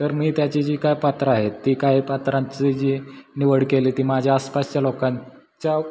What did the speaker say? तर मी त्याची जी काय पात्रं आहेत ती काय पात्रांची जी निवड केली ती माझ्या आसपासच्या लोकांच्या